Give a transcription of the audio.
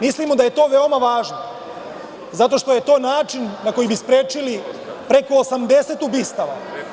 Mislimo da je to veoma važno zato što je to način na koji bi sprečili preko 80 ubistava.